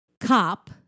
cop